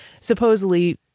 supposedly